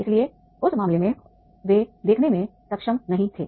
इसलिए उस मामले में वे देखने में सक्षम नहीं थे